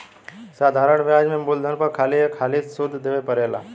साधारण ब्याज में मूलधन पर खाली एक हाली सुध देवे परेला